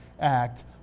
act